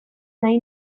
nahi